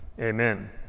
Amen